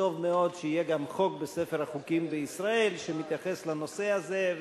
וטוב מאוד שיהיה גם חוק בספר החוקים בישראל שמתייחס לנושא הזה,